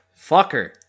Fucker